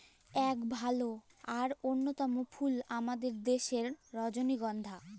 ইক ভাল আর অল্যতম ফুল আমাদের দ্যাশের রজলিগল্ধা